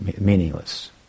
meaningless